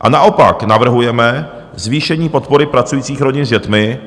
A naopak navrhujeme zvýšení podpory pracujících rodin s dětmi,